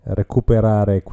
recuperare